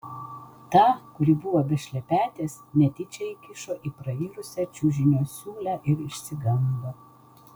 tą kuri buvo be šlepetės netyčia įkišo į prairusią čiužinio siūlę ir išsigando